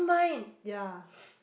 ya